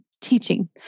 teaching